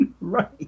Right